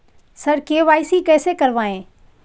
sir KYC कैसे करवाएं